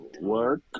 Work